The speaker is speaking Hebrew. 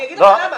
אני אגיד לך למה,